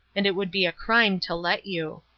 and it would be a crime to let you.